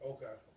Okay